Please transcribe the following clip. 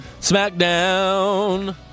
SmackDown